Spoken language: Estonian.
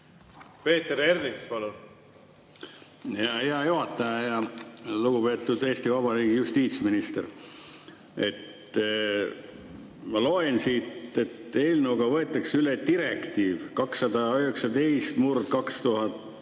Peeter Ernits, palun! Hea juhataja! Lugupeetud Eesti Vabariigi justiitsminister! Ma loen siit, et eelnõuga võetakse üle direktiiv 2019/2121,